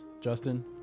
Justin